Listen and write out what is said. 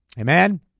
Amen